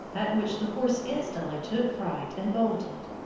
at which the horse instantly took fright and bolted.